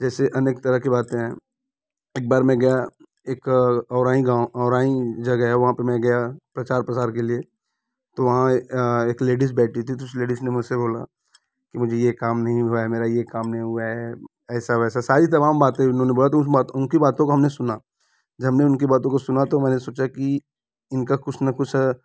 जैसे अनेक तरह के बातें हैं एक बार मैं गया एक औराईं गाँव औराईं जगह है वहाँ पे मैं गया प्रचार प्रसार के लिए तो वहाँ एक लेडीज बैठी थी तो उस लेडीज ने मुझसे बोला कि मुझे ये काम नहीं हुआ है मेरा ये काम नहीं हुआ है ऐसा वैसा सारी तमाम बातें उन्होंने बोला तो उनकी बातों को हमने सुना जब ने उनकी बातों को सुना तो मैंने सोचा की इनका कुछ ना कुछ है